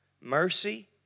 mercy